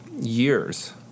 years